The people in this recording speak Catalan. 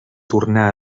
tornar